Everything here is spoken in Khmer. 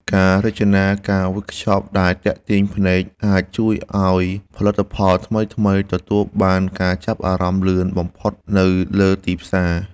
ការរចនាការវេចខ្ចប់ដែលទាក់ទាញភ្នែកអាចជួយឱ្យផលិតផលថ្មីៗទទួលបានការចាប់អារម្មណ៍លឿនបំផុតនៅលើទីផ្សារ។